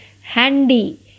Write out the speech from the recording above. handy